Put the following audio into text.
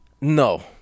No